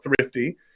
thrifty